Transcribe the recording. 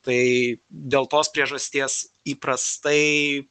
tai dėl tos priežasties įprastai